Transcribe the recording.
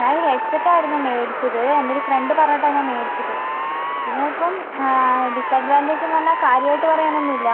ഞാനൊരു ഹെഡ്സെറ്റ് ആയിരുന്നു മേടിച്ചത് എൻ്റെ ഒരു ഫ്രണ്ട് പറഞ്ഞിട്ട് ഞാൻ മേടിച്ചത് എന്നിട്ട് ഇപ്പം ഡിസ്അഡ്വാൻഡേജ് എന്ന് പറഞ്ഞാൽ കാര്യമായിട്ട് പറയാൻ ഒന്നുമില്ല